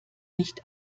nicht